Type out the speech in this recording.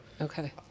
okay